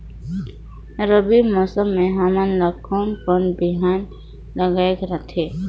रबी मौसम मे हमन ला कोन कोन बिहान लगायेक रथे?